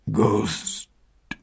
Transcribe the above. ghost